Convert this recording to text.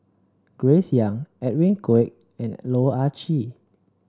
Grace Young Edwin Koek and Loh Ah Chee